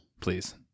please